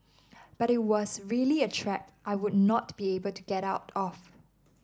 but it was really a trap I would not be able to get out of